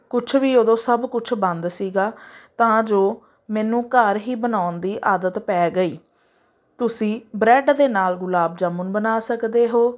ਕੁਛ ਵੀ ਉਦੋਂ ਸਭ ਕੁਛ ਬੰਦ ਸੀਗਾ ਤਾਂ ਜੋ ਮੈਨੂੰ ਘਰ ਹੀ ਬਣਾਉਣ ਦੀ ਆਦਤ ਪੈ ਗਈ ਤੁਸੀਂ ਬ੍ਰੈੱਡ ਦੇ ਨਾਲ ਗੁਲਾਬ ਜਾਮੁਨ ਬਣਾ ਸਕਦੇ ਹੋ